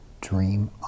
Dream